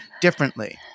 differently